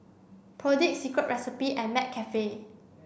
Perdix Secret Recipe and McCafe